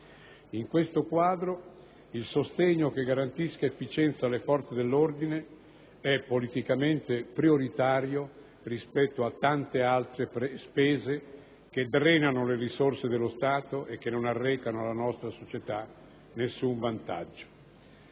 In questo quadro, il sostegno che garantisca efficienza alle forze dell'ordine è politicamente prioritario rispetto a tante altre spese che drenano le risorse dello Stato e non arrecano alla nostra società alcun vantaggio.